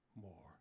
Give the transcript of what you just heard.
more